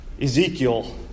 Ezekiel